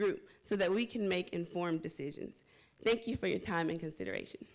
group so that we can make informed decisions thank you for your time and consideration